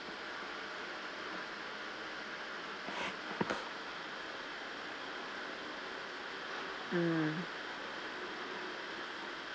mm